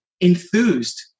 enthused